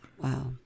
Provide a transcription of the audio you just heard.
Wow